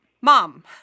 mom